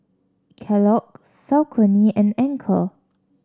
Kellogg's Saucony and Anchor